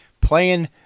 playing